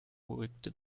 beruhigte